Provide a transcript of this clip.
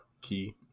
key